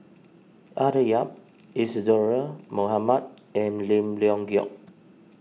Arthur Yap Isadhora Mohamed and Lim Leong Geok